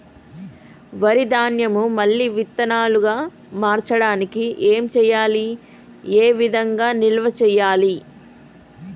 వరి ధాన్యము మళ్ళీ విత్తనాలు గా మార్చడానికి ఏం చేయాలి ఏ విధంగా నిల్వ చేయాలి?